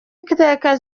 iteka